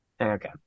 Okay